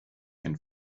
can